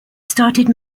started